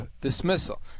dismissal